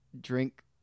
drink